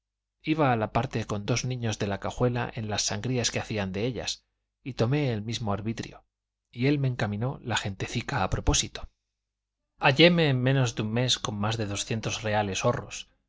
iba a la parte con dos niños de la cajuela en las sangrías que hacían de ellas y tomé el mismo arbitrio y él me encaminó la gentecica a propósito halléme en menos de un mes con más de doscientos reales horros